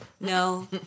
no